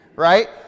Right